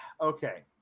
okay